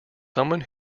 someone